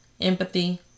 empathy